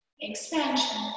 Expansion